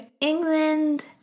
England